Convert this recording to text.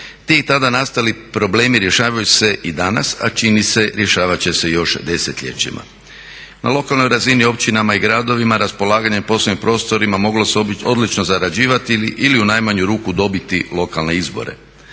Ti tada nastali problemi rješavaju se i danas a čini se, rješavati će se još desetljećima. Na lokalnoj razini općinama i gradovima raspolaganjem poslovnim prostorima moglo se odlično zarađivati ili u najmanju ruku dobiti lokalne izbore.